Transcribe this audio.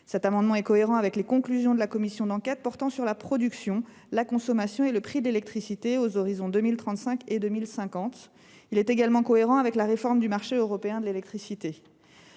Cette proposition est cohérente avec les conclusions de la commission d’enquête portant sur la production, la consommation et le prix de l’électricité aux horizons 2035 et 2050. Elle l’est également avec la réforme du marché européen de l’électricité.